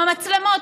המצלמות,